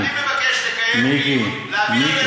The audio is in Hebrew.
אני מבקש לקיים דיון, להעביר את זה לוועדת הכספים.